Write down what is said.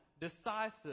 decisive